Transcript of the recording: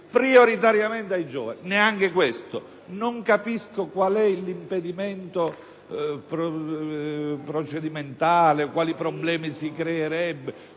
prioritariamente ai giovani? Neanche questo. Non capisco quale sia l'impedimento procedimentale, quali problemi si creerebbero,